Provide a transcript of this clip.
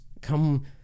come